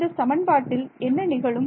இந்த சமன்பாட்டில் என்ன நிகழும்